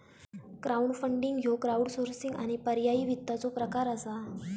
crowdfunding ह्यो crowdsourcing आणि पर्यायी वित्ताचो प्रकार असा